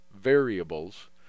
variables